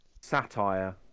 satire